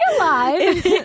alive